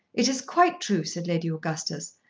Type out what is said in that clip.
it is quite true, said lady augustus.